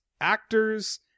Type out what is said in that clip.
actors